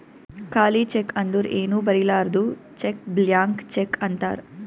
ಖಾಲಿ ಚೆಕ್ ಅಂದುರ್ ಏನೂ ಬರಿಲಾರ್ದು ಚೆಕ್ ಬ್ಲ್ಯಾಂಕ್ ಚೆಕ್ ಅಂತಾರ್